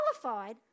qualified